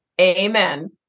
Amen